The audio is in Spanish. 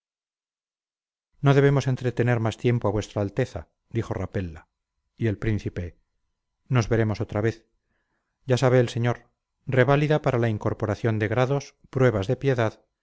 no debemos entretener más tiempo a vuestra alteza dijo rapella y el príncipe nos veremos otra vez ya sabe el señor reválida para la incorporación de grados pruebas de piedad